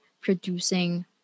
producing